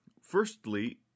firstly